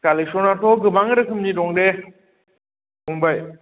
कालेकसनआथ' गोबां रोखोमनि दं दे फंबाय